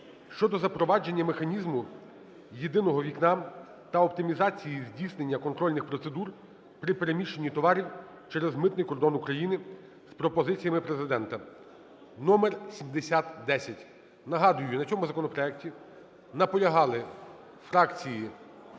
щодо запровадження механізму "єдиного вікна" та оптимізації здійснення контрольних процедур при переміщенні товарів через митний кордон України" з пропозиціями Президента України (№ 7010). Нагадую, на цьому законопроекті наполягали фракції,